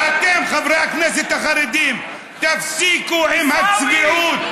ואתם, חברי הכנסת החרדים, תפסיקו עם הצביעות.